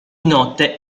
notte